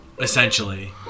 Essentially